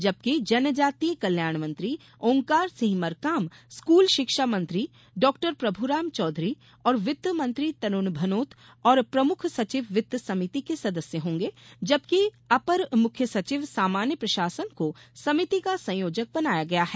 जबकि जनजातीय कल्याण मंत्री ओंकार सिंह मरकाम स्कूल शिक्षा मंत्री डॉ प्रभुराम चौधरी और वित्त मंत्री तरुण भनोत और प्रमुख सचिव वित्त समिति के सदस्य होंगे जबकि अपर मुख्य सचिव सामान्य प्रशासन को समिति का संयोजक बनाया गया है